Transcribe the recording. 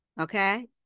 Okay